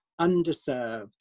underserved